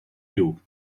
you